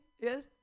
Yes